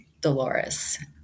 Dolores